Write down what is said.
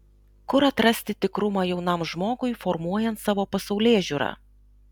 kur atrasti tikrumą jaunam žmogui formuojant savo pasaulėžiūrą